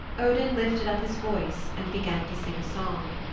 odin lifted up his voice and began to sing a song.